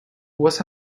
was